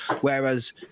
Whereas